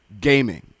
gaming